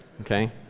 okay